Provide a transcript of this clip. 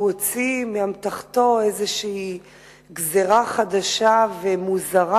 הוא הוציא מאמתחתו איזושהי גזירה חדשה ומוזרה,